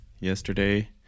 yesterday